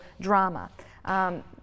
drama